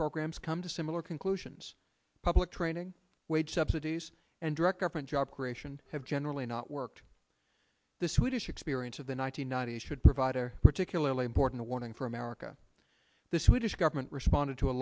programs come to similar conclusions public training cities and direct government job creation have generally not worked the swedish experience of the one nine hundred ninety s should provide or particularly important warning for america the swedish government responded to a